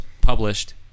published